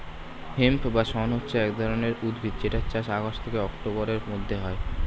hemp বা শণ হচ্ছে এক ধরণের উদ্ভিদ যেটার চাষ আগস্ট থেকে অক্টোবরের মধ্যে হয়